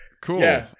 Cool